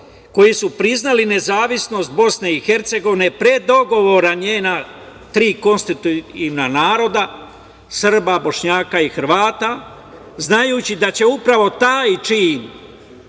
koji su priznali nezavisnost Bosne i Hercegovine pre dogovora njena tri konstitutivna naroda Srba, Bošnjaka i Hrvata, znajući da će se upravo taj čin